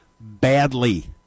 badly